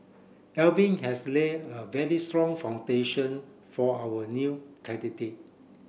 Alvin has laid a very strong foundation for our new candidate